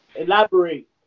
Elaborate